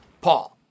Paul